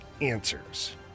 answers